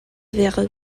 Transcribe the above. verre